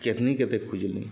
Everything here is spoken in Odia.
କେତେନି କେତେ ଖୁଜ୍ଲି